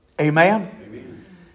Amen